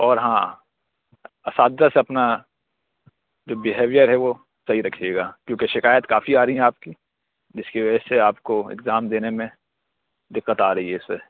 اور ہاں اساتذہ سے اپنا جو بیہیویئر ہے وہ صحیح رکھیے گا کیونکہ شکایت کافی آ رہی ہیں آپ کی جس کی وجہ سے آپ کو اگزام دینے میں دقت آ رہی ہے اس وجہ سے